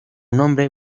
nombre